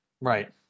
right